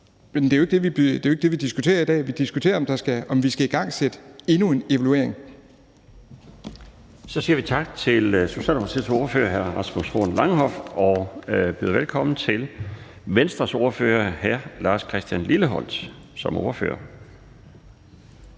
Men det er jo ikke det, vi diskuterer i dag. Vi diskuterer, om vi skal igangsætte endnu en evaluering. Kl. 15:30 Den fg. formand (Bjarne Laustsen): Så siger vi tak til Socialdemokratiets ordfører, hr. Rasmus Horn Langhoff, og byder velkommen til Venstres ordfører, hr. Lars Christian Lilleholt. Kl.